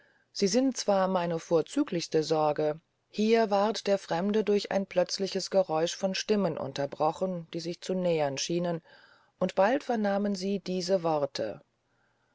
sie zwar sind meine vorzüglichste sorge hier ward der fremde durch ein plötzliches geräusch von stimmen unterbrochen die sich zu nähern schienen und bald vernahmen sie diese worte